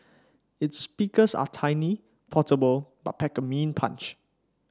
its speakers are tiny portable but pack a mean punch